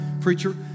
preacher